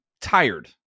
tired